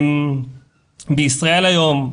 בישראל היום,